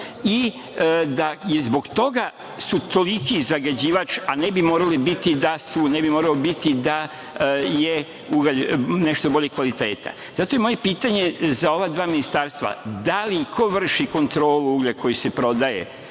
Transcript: i da su zbog toga toliki zagađivač, a ne bi morao biti da je ugalj nešto boljeg kvaliteta. Zato je moje pitanje za ova dva ministarstva – ko vrši kontrolu uglja koji se prodaje